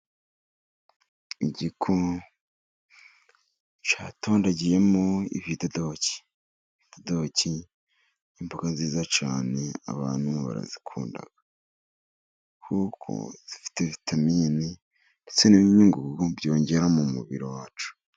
Igiko cyatondagiyemo ibidodoki, ibidodoki ni imboga nziza cyane abantu barazikunda, kuko zifite vitamini ndetse n'imyunyu ngugu byongera mu mubiri wacu.